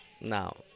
now